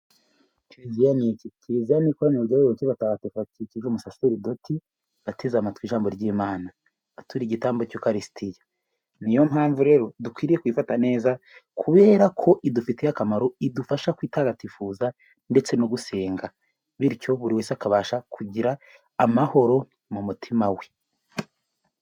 Kiliziya ni iki? Kiliziya ni ikoraniro ry'abayoboke batagatifu bakikije umusaserdoti bateze amatwi ijambo ry'Imana, baturi igitambo cy'ukarisitiya. Ni yo mpamvu rero dukwiriye kwifata neza kubera ko idufitiye akamaro, idufasha kwitagatifuza ndetse no gusenga, bityo buri wese akabasha kugira amahoro mu mutima we.